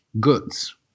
goods